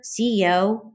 CEO